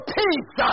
peace